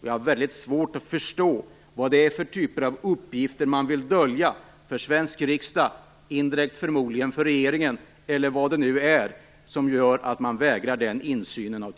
Jag har också väldigt svårt att förstå vilken typ av uppgifter det är man vill dölja för svensk riksdag, och indirekt förmodligen för regeringen, eller vad det nu är som gör att tillsynsmyndigheterna vägras den insynen.